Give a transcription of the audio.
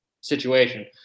situation